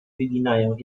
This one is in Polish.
wyginają